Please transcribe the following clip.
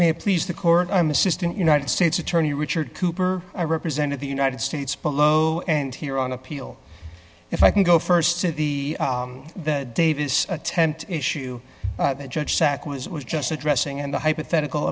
may please the court i'm assistant united states attorney richard cooper i represented the united states below and here on appeal if i can go st to the davis attempt issue that judge sac was was just addressing in the hypothetical